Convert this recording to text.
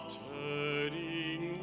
turning